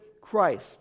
Christ